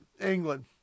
England